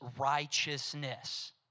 righteousness